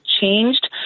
changed